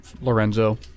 Lorenzo